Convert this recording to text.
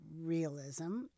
realism